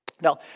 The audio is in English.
Now